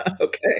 okay